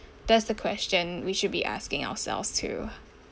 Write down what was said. that's the question we should be asking ourselves too